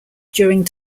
during